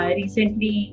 recently